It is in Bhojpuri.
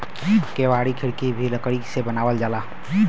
केवाड़ी खिड़की भी लकड़ी से बनावल जाला